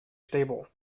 stable